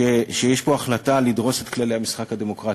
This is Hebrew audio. שיש פה החלטה לדרוס את כללי המשחק הדמוקרטיים.